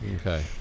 Okay